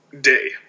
day